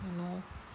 you know